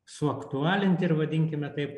suaktualinti ir vadinkime taip